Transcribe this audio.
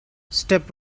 step